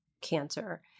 cancer